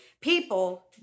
people